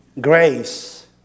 grace